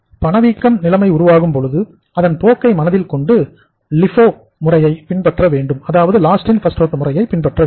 பணவீக்கம் நிலைமை உருவாகும் பொழுது அதன் போக்கை மனதிற்கொண்டு LIFO முறையை பின்பற்ற வேண்டும்